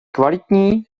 kvalitní